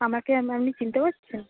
আমাকে আপনি চিনতে পারছেন